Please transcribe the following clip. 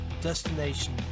destination